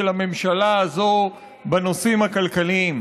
של הממשלה הזאת בנושאים הכלכליים.